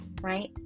right